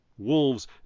Wolves